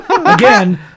Again